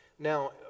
Now